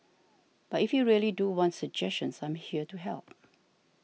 but if you really do want suggestions I am here to help